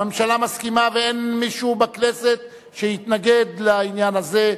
הממשלה מסכימה ואין מישהו בכנסת שיתנגד לעניין הזה.